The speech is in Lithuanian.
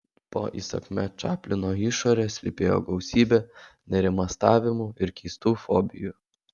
po įsakmia čaplino išore slypėjo gausybė nerimastavimų ir keistų fobijų